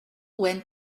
went